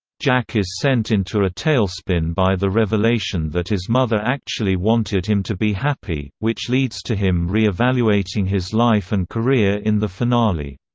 jack is sent into a tailspin by the revelation that his mother actually wanted him to be happy, which leads to him re-evaluating his life and career in the finale.